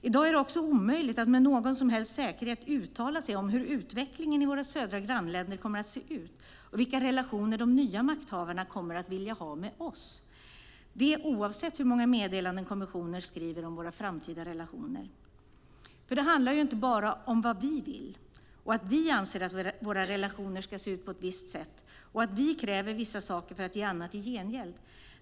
I dag är det omöjligt att med någon som helst säkerhet uttala sig om hur utvecklingen i våra södra grannländer kommer att se ut och vilka relationer de nya makthavarna kommer att vilja ha med oss - det oavsett hur många meddelanden kommissionen skriver om våra framtida relationer. Det handlar ju inte bara om vad vi vill, att vi anser att våra relationer ska se ut på ett visst sätt och att vi kräver vissa saker för att ge annat i gengäld.